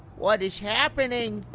what is happening?